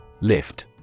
Lift